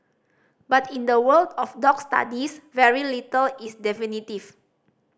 but in the world of dog studies very little is definitive